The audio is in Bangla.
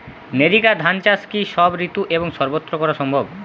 নেরিকা ধান চাষ কি সব ঋতু এবং সবত্র করা সম্ভব?